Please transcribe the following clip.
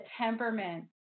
temperament